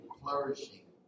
flourishing